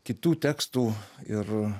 kitų tekstų ir